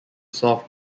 south